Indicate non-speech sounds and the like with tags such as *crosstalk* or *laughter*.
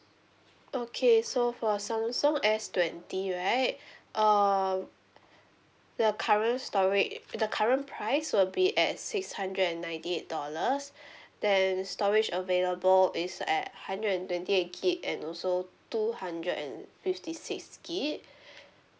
okay so for samsung S twenty right err the current storag~ the current price will be at six hundred and ninety eight dollars then storage available is at hundred and twenty eight gig and also two hundred and fifty six gig *breath*